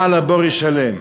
בעל הבור ישלם".